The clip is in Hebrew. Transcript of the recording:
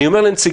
אני אומר לנציגי